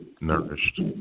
nourished